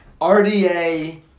RDA